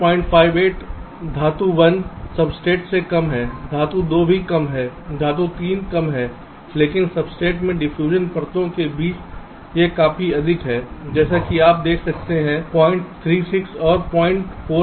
0058 धातु 1 सब्सट्रेट से कम है धातु 2 भी कम है धातु 3 कम है लेकिन सब्सट्रेट में डिफ्यूजन परतों के बीच यह काफी अधिक है जैसा कि आप देख सकते हैं 036 और 046